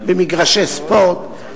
במגרשי ספורט,